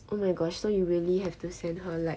oh my gosh so you really have to send her like